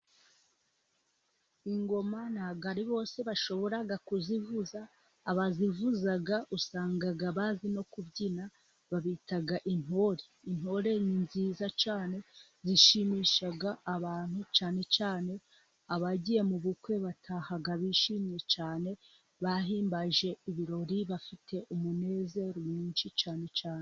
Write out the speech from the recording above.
Ingoma nta bwo ari bose bashobora kuzivuza. Abazivuza usanga bazi no kubyina, babita intore. Intore nziza cyane zishimisha abantu. Cyane cyane abagiye mu bukwe bataha bishimye cyane, bahimbaje ibirori, bafite umunezero mwinshi cyane cyane.